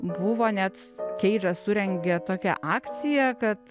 buvo net keidžas surengė tokią akciją kad